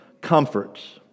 comforts